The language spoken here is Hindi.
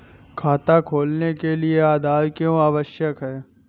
खाता खोलने के लिए आधार क्यो आवश्यक है?